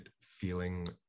feeling